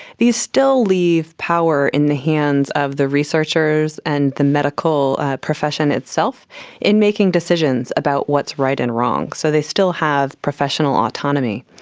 these still leave power in the hands of the researchers and the medical profession itself in making decisions about what is right and wrong. so they still have professional autonomy.